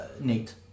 Nate